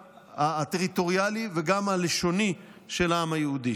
הטריטוריאלי וגם הלשוני של העם היהודי.